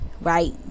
Right